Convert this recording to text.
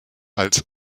als